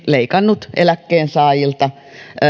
leikannut eläkkeensaajilta